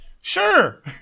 Sure